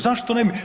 Zašto ne bi?